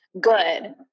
good